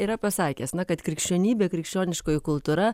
yra pasakęs na kad krikščionybė krikščioniškoji kultūra